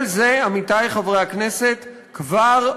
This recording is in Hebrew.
את כל זה, עמיתי חברי הכנסת, כבר ראינו,